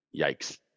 yikes